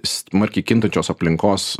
smarkiai kintančios aplinkos